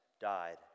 died